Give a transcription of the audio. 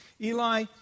Eli